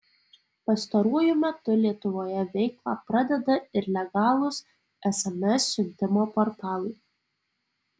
pastaruoju metu lietuvoje veiklą pradeda ir legalūs sms siuntimo portalai